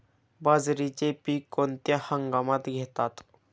बाजरीचे पीक कोणत्या हंगामात घेतात?